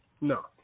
No